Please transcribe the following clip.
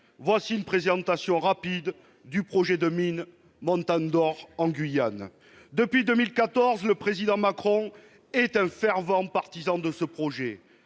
voilà une présentation rapide du projet de mine « Montagne d'or » en Guyane. Depuis 2014, le Président Macron est un fervent partisan de ce projet,